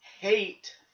hate